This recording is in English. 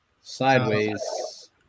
Sideways